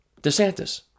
DeSantis